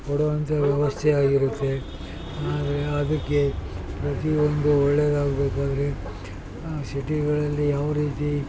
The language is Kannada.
ಕೊಡುವಂಥ ವ್ಯವಸ್ಥೆ ಆಗಿರುತ್ತೆ ಆದರೆ ಅದಕ್ಕೆ ಪ್ರತಿಯೊಂದು ಒಳ್ಳೆಯದಾಗ್ಬೇಕು ಅಂದರೆ ಸಿಟಿಗಳಲ್ಲಿ ಯಾವ ರೀತಿ